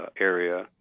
area